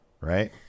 right